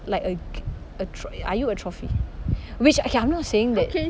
like a a tro~ are you a trophy which okay I'm not saying that